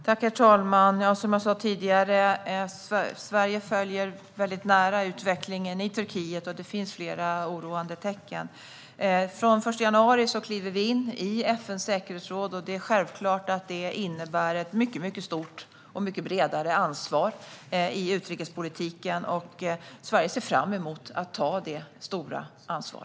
Herr talman! Som jag sa tidigare följer Sverige utvecklingen i Turkiet nära, och det finns flera oroande tecken. Den 1 januari kliver vi in i FN:s säkerhetsråd, och det innebär självfallet ett mycket stort och bredare ansvar i utrikespolitiken. Sverige ser fram emot att ta detta stora ansvar.